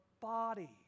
body